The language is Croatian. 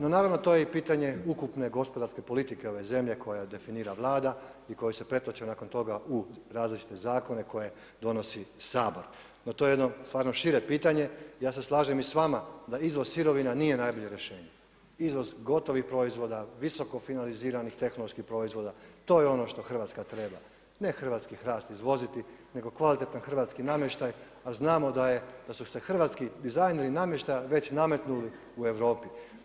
No naravno to je i pitanje ukupne gospodarske politike ove zemlje, koju definira Vlade i koja se pretoče nakon toga u nadležne zakone koje donosi Sabor, jer to je jedno stvarno šire pitanje, ja se slažem i s vama da izvoz sirovina nije najbolje rješenje, izvoz gotovih proizvoda, visoko finaliziranih tehnoloških proizvoda, to je ono što Hrvatska, ne hrvatski hrast izvoziti, nego kvalitetan hrvatski namještaj, a znamo da su se hrvatski dizajneri namještaja već nametnuli u Europi.